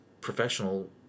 professional